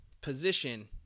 position